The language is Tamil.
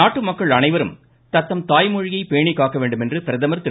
நாட்டு மக்கள் அனைவரும் தத்தம் தாய்மொழியை பேணி காக்க வேண்டும் என்று பிரதமர் திரு